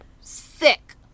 Sick